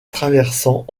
traversant